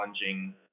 challenging